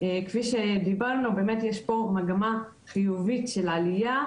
כפי שדיברנו באמת יש פה מגמה חיובית של עלייה,